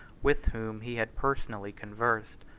with whom he had personally conversed.